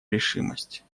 решимость